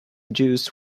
juice